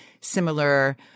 similar